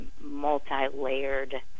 multi-layered